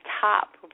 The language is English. top